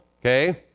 okay